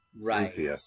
Right